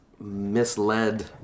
misled